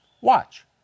Watch